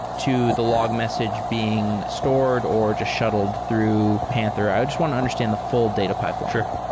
to the log message being stored or just shuttled through panther. i just want to understand the full data pipeline sure.